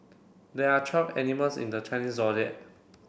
there are twelve animals in the Chinese Zodiac